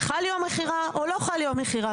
חל יום המכירה או לא חל יום המכירה,